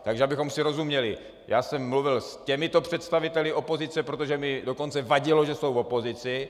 Takže abychom si rozuměli, mluvil jsem s těmito představitele opozice, protože mi dokonce vadilo, že jsou v opozici.